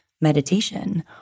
meditation